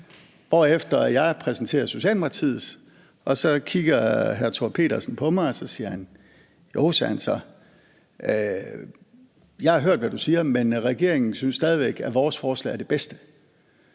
hvorefter jeg præsenterer Socialdemokratiets, og så kigger Thor Pedersen på mig, og så siger han: Joh, jeg har hørt, hvad du siger, men regeringen synes stadig væk, at vores forslag er det bedste.